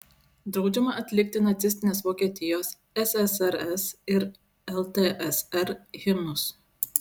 draudžiama atlikti nacistinės vokietijos ssrs ir ltsr himnus